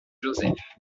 joseph